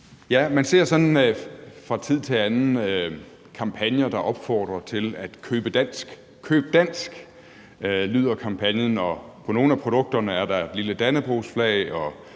man ser sådan fra tid til anden kampagner, der opfordrer til at købe dansk. Køb dansk! lyder kampagnen, og på nogle af produkterne er der et lille dannebrogsflag,